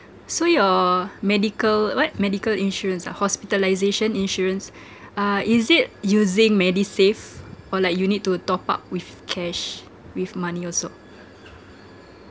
so your medical what medical insurance ah hospitalisation insurance uh is it using medisave or like you need to top up with cash with money also